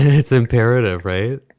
it's imperative, right?